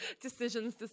Decisions